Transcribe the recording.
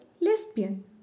lesbian